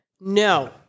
no